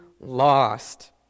lost